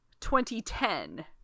2010